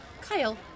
Kyle